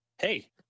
hey